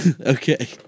Okay